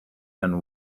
and